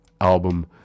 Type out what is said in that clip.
album